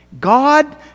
God